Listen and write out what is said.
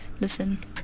listen